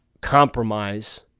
compromise